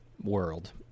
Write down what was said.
world